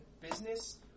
business